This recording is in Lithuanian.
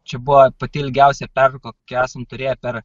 čia buvo pati ilgiausia pertrauka kokią esam turėję per